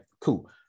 Cool